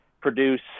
produce